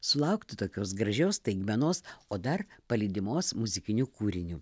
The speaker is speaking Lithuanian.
sulaukti tokios gražios staigmenos o dar palydimos muzikiniu kūriniu